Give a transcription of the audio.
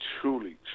truly